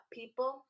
people